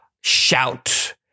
shout